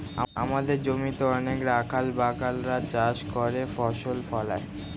আমাদের জমিতে অনেক রাখাল বাগাল রা চাষ করে ফসল ফলায়